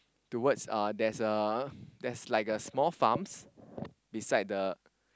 towards uh there's a there's like a small farms beside the